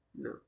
No